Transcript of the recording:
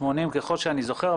80% ככל שאני זוכר.